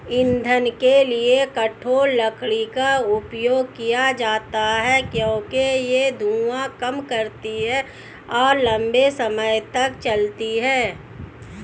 ईंधन के लिए कठोर लकड़ी का उपयोग किया जाता है क्योंकि यह धुआं कम करती है और लंबे समय तक जलती है